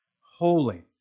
holy